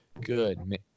good